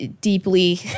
deeply